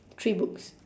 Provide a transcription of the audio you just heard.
three books